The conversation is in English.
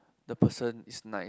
the person is nice